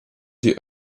die